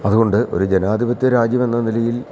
അതുകൊണ്ട് ഒരു ജനാധിപത്യ രാജ്യമെന്ന നിലയിൽ